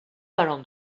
برام